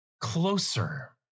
closer